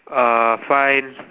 uh find